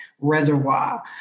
Reservoir